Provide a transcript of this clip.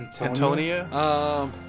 Antonia